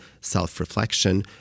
self-reflection